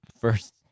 first